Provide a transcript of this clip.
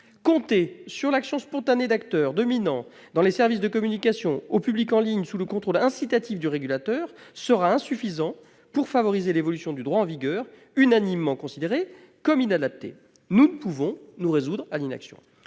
Compter sur l'action spontanée d'acteurs dominants dans les services de communication au public en ligne sous le contrôle incitatif du régulateur sera insuffisant pour favoriser l'évolution du droit en vigueur, unanimement considéré comme inadapté. Nous ne pouvons nous résoudre à l'inaction.